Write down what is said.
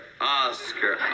Oscar